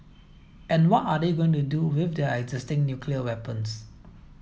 and what are they going to do with their existing nuclear weapons